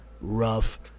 rough